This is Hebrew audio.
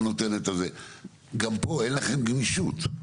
גם פה אין לכם גמישות,